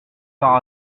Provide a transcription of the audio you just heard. par